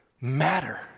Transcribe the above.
matter